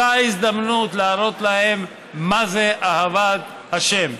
זו ההזדמנות להראות להם מה זו אהבת השם.